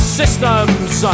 systems